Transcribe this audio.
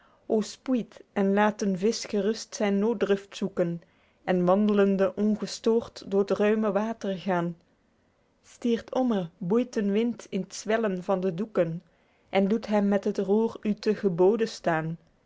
en laet den visch gerust zyn nooddruft zoeken en wandlende ongestoord door t ruime water gaen stiert omme boeit den wind in t zwellen van de doeken en doet hem met het roêr u te gebode staen